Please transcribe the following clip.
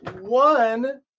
one